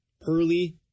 pearly